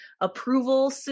approval